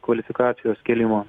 kvalifikacijos kėlimo